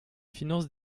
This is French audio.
finance